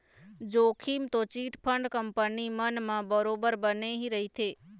जोखिम तो chit fund company मन म बरोबर बने ही रहिथे